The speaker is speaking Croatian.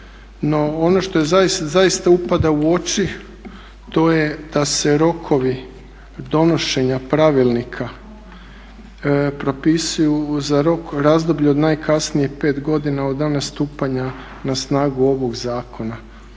ono što zaista upada u oči to je da se rokovi donošenja pravilnika propisuju za razdoblje od najkasnije 5 godina od dana stupanja na snagu ovog zakona.